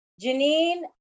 Janine